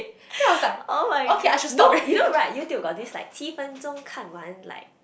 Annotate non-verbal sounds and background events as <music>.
<breath> [oh]-my-god no you know right YouTube got these like 七分钟看完 like